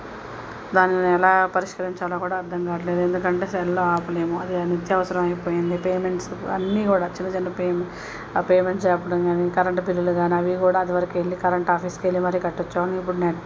దానిని ఎలా పరిష్కరించాలో కూడా అర్థం కాట్లేదు ఎందుకంటే సెల్ ఆపలేము అది నిత్యవసరం అయిపోయింది పేమెంట్స్ అన్నీ కూడా చిన్న చిన్న పే ఆ పేమెంట్స్ చెప్పటం కానీ కరెంట్ బిల్లులు కానీ అవి గూడా అదివరకు వెళ్ళి కరెంట్ ఆఫీస్కి వెళ్ళి మరీ కట్టి వచ్చే వాళ్ళం ఇప్పుడు నెట్